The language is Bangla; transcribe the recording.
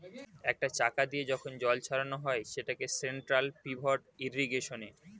একটা চাকা দিয়ে যখন জল ছড়ানো হয় সেটাকে সেন্ট্রাল পিভট ইর্রিগেশনে